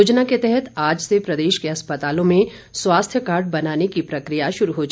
योजना के तहत आज से प्रदेश के अस्पतालों में स्वास्थ्य कार्ड बनाने की प्रकिया शुरू हो जाएगी